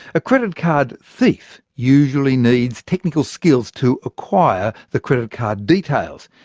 a credit card thief usually needs technical skills to acquire the credit card details.